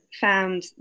found